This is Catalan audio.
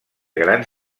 grans